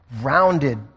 rounded